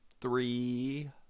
three